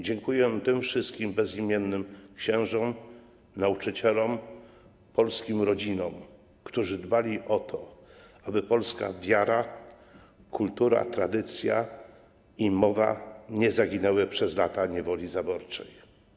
Dziękuję tym wszystkim bezimiennym księżom, nauczycielom, polskim rodzinom, którzy dbali o to, aby polska wiara, kultura, tradycja i mowa nie zaginęły przez lata niewoli zaborczej.